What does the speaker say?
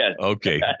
Okay